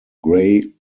grey